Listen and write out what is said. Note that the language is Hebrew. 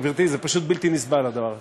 גברתי, זה פשוט בלתי נסבל, הדבר הזה.